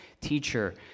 Teacher